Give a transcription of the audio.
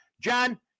John